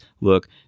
look